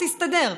תסתדר.